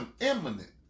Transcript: imminent